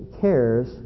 cares